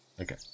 Okay